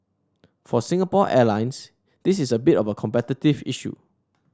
for Singapore Airlines this is a bit of a competitive issue